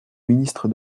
ministre